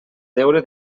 deure